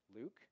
Luke